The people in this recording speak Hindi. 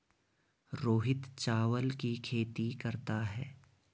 रोहित चावल की खेती करता है